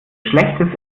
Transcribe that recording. schlechtes